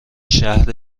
شرح